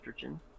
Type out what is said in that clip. estrogen